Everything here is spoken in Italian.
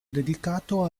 dedicato